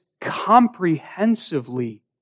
comprehensively